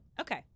Okay